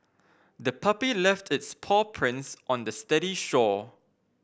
the puppy left its paw prints on the steady shore